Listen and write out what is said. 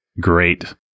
great